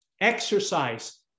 exercise